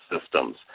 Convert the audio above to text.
systems